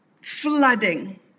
flooding